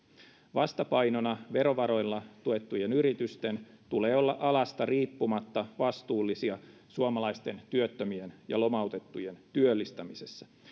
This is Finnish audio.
vastapainona verovaroilla tuettujen yritysten tulee olla alasta riippumatta vastuullisia suomalaisten työttömien ja lomautettujen työllistämisessä